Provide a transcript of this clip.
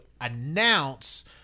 announce